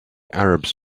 arabs